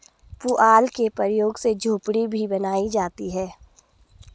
पुआल के प्रयोग से झोपड़ी भी बनाई जाती है